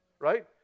Right